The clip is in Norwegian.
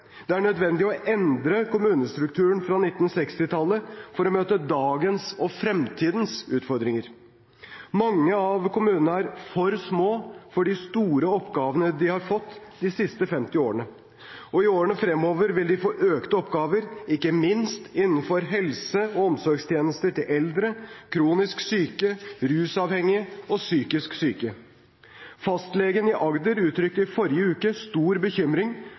Det er nødvendig å endre kommunestrukturen fra 1960-tallet for å møte dagens og fremtidens utfordringer. Mange av kommunene er for små for de store oppgavene de har fått de siste 50 årene. Og i årene fremover vil de få økte oppgaver, ikke minst innenfor helse- og omsorgstjenester til eldre, kronisk syke, rusavhengige og psykisk syke. Fylkeslegen i Agder uttrykte i forrige uke stor bekymring